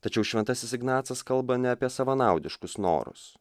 tačiau šventasis ignacas kalba ne apie savanaudiškus norus